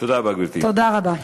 תודה רבה.